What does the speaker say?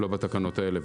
לא בתקנות האלה,